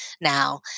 now